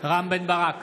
רם בן ברק,